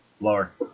Lower